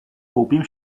koupím